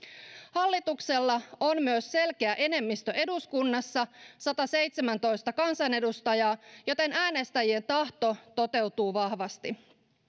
hallituksella on myös selkeä enemmistö eduskunnassa sataseitsemäntoista kansanedustajaa joten äänestäjien tahto toteutuu vahvasti